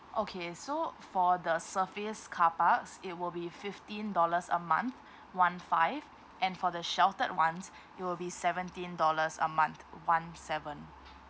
okay so for the surface carparks it will be fifteen dollars a month one five and for the sheltered ones it will be seventeen dollars a month one seven